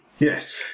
Yes